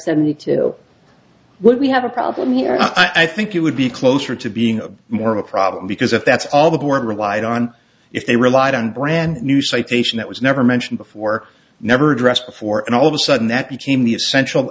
seventy two what we have a problem here i think it would be closer to being more of a problem because if that's all the court relied on if they relied on brand new citation that was never mentioned before never addressed before and all of a sudden that became the essential